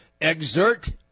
exert